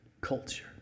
culture